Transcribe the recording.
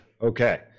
Okay